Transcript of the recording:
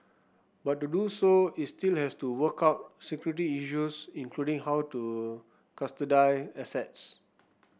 but to do so it still has to work out security issues including how to custody assets